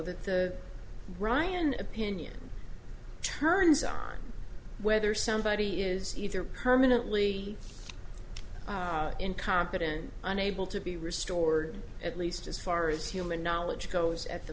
that the ryan opinion turns on whether somebody is either permanently incompetent and unable to be restored at least as far as human knowledge goes at the